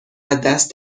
دست